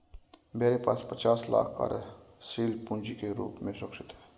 मेरे पास पचास लाख कार्यशील पूँजी के रूप में सुरक्षित हैं